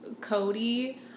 Cody